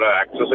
access